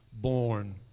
born